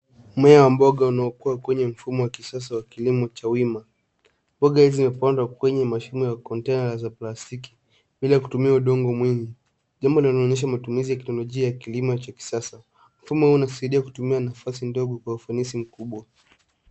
Mmea wa mboga unaokua kwenye mfumo wa kisasa wa kilimo cha wima. Mboga zimepandwa kwenye mashimo ya kontena za plastiki bila kutumia udongo mwingi jambo linaloonyesha matumizi ya kiteknolojia ya kilimo cha kisasa. Mfumo huu unasaidia kutumia nafasi ndogo kwa ufanisi mkubwa.